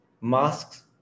masks